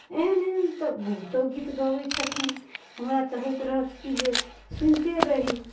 एहन एहन तऽ बहुतो गीत गबै छथिन हमरा तऽ होइत रहत कि जे सुनिते रही